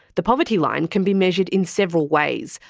the poverty line can be measured in several ways,